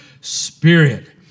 spirit